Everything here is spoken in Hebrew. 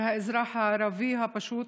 שהאזרח הערבי הפשוט